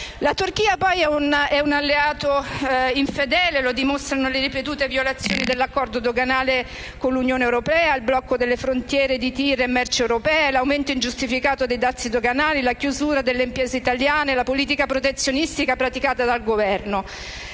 la Turchia è un alleato infedele, come dimostrano le ripetute violazioni dell'accordo doganale con l'Unione europea, il blocco alle frontiere di TIR e merci europee, l'aumento ingiustificato dei dazi doganali, la chiusura delle imprese italiane e la politica protezionistica praticata dal Governo.